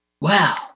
Wow